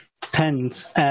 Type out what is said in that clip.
depends